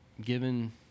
given